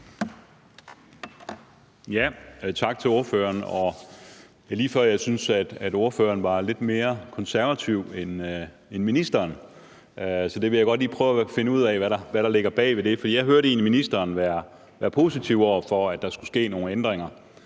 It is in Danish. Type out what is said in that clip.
Tak til ordføreren. Det er lige før, jeg synes, at ordføreren var lidt mere konservativ end ministeren, så jeg vil godt lige prøve at finde ud af, hvad der ligger bag ved det. Jeg hørte egentlig ministeren være positiv over for, at der skulle ske nogle ændringer,